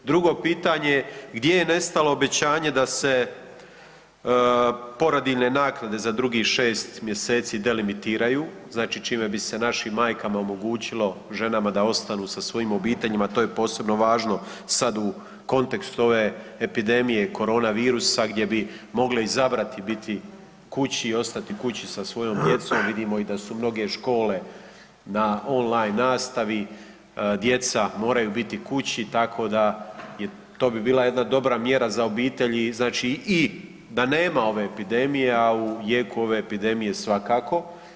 Drugo pitanje, gdje je nestalo obećanje da se porodiljne naknade za drugih 6 mjeseci delimitiraju, znači čime bi se našim majkama omogućilo da ostanu sa svojim obiteljima, to je posebno važno sad u kontekstu ove epidemije koronavirusa gdje bi mogle izabrati biti kući i ostati kući sa svojom djecom, vidimo i da su mnoge škole na online nastavi, djeca moraju biti kući, tako da je, to bi bila jedna dobra mjera za obitelj i znači i da nema ove epidemije, a u jeku ove epidemije svakako.